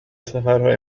سفرهای